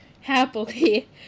happily